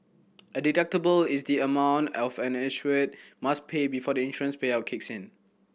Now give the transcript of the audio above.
a deductible is the amount of an insured must pay before the insurance payout kicks in